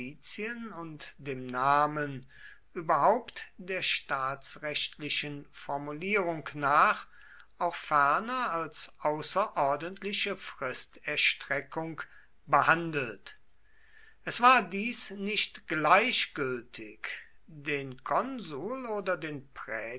und dem namen überhaupt der staatsrechtlichen formulierung nach auch ferner als außerordentliche fristerstreckung behandelt es war dies nicht gleichgültig den konsul oder den